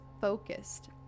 focused